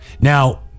Now